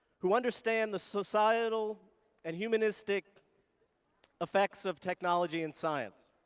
who understand the societal and humanistic effects of technology and science.